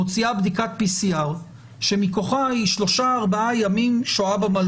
מוציאה בדיקת PCR שמכוחה היא שלושה-ארבעה ימים שוהה במלון.